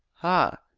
ha,